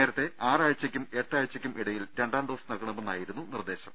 നേരത്തെ ആറാഴ്ചയ്ക്കും എട്ടാഴ്ചയ്ക്കും ഇടയിൽ രണ്ടാം ഡോസ് നൽകണമെന്നായിരുന്നു നിർദ്ദേശം